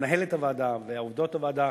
מנהלת הוועדה ועובדות הוועדה,